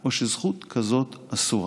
או שזכות כזאת אסורה?